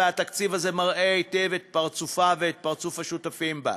והתקציב הזה מראה היטב את פרצופה ואת פרצוף השותפים בה: